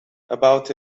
about